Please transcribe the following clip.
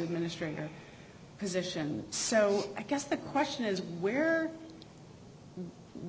administrator position so i guess the question is where